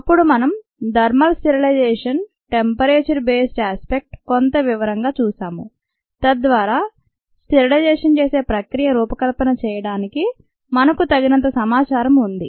అప్పుడు మనము "thermal sterilisation temperature based aspect కొంత వివరంగా చూశాము తద్వారా చేసే ప్రక్రియ రూపకల్పన చేయడానికిమనకు తగినంత సమాచారం ఉంది